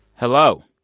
hello,